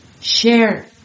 ...share